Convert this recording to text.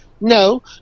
no